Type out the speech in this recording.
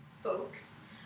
folks